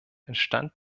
entstand